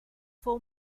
fou